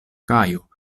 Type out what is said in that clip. kajo